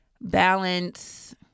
balance